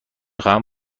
خواهم